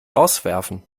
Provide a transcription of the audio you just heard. rauswerfen